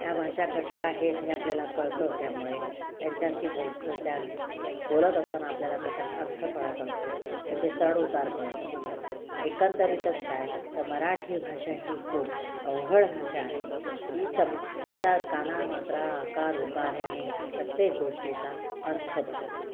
या भाषा कशा आहेत हे आपल्याला कळतं त्यामुळे त्यांच्याशी बोलतो त्या बोलत असताना आपल्याला त्याचा अर्थ कळत असतो त्याचे चढ उतार कळत असतात एकंदरीतच काय तर मराठी भाषा ही खूप अवघड भाषा आहे ती सम त्याचा काना मात्रा आकार उकार याने प्रत्येक गोष्टीचा अर्थ बदलतो